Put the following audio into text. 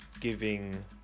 giving